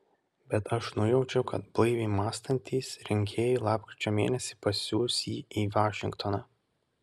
bet aš nujaučiu kad blaiviai mąstantys rinkėjai lapkričio mėnesį pasiųs jį į vašingtoną